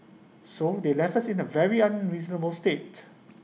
so they left us in A very unreasonable state